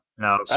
No